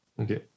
Okay